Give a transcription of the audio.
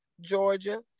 Georgia